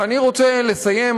ואני רוצה לסיים,